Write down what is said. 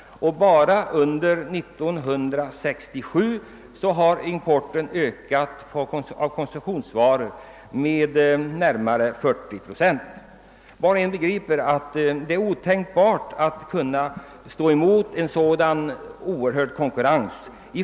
Bara under 1967 hade importen av konfektionsvaror ökat med cirka 40 procent. Var och en förstår att det inte går att möta en sådan oerhörd konkurrens.